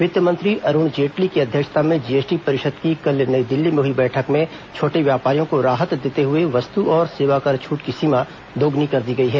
वित्त मंत्री अरुण जेटली की अध्यक्षता में जीएसटी परिषद की कल नई दिल्ली में हुई बैठक में छोटे व्यापारियों को राहत देते हुए वस्तु और सेवाकर छूट की सीमा दोगुनी कर दी गई है